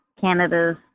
Canada's